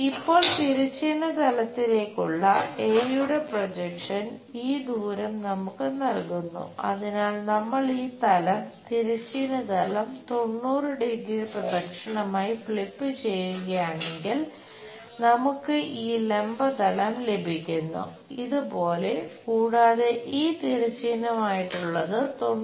ഇപ്പോൾ തിരശ്ചീന തലത്തിലേക്കുള്ള എയുടെ ആണ്